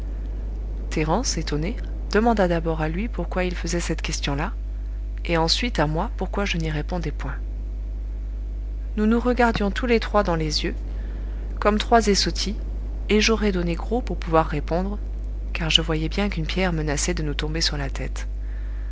thérence étonnée demanda d'abord à lui pourquoi il faisait cette question là et ensuite à moi pourquoi je n'y répondais point nous nous regardions tous les trois dans les yeux comme trois essottis et j'aurais donné gros pour pouvoir répondre car je voyais bien qu'une pierre menaçait de nous tomber sur la tête